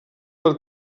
per